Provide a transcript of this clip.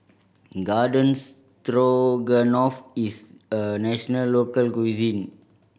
Garden Stroganoff is a national local cuisine